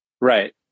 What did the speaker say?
Right